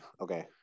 Okay